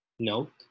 note